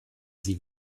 sie